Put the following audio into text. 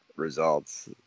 results